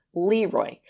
Leroy